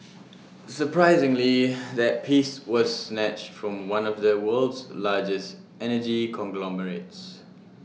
surprisingly that piece was snatched from one of the world's largest energy conglomerates